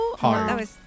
Hard